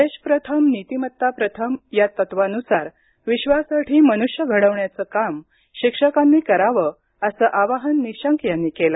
देश प्रथम नीतिमत्ता प्रथम या तत्वानुसार विश्वासाठी मनुष्य घडविण्याचं काम शिक्षकांनी करावं असं आवाहन निशंक यांनी केलं